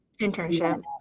Internship